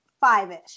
five-ish